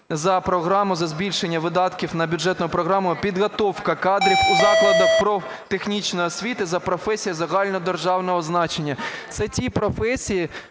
за програму за збільшення видатків на бюджетну програму "Підготовка кадрів у закладах профтехнічної освіти за професіями загальнодержавного значення". Це ті професії,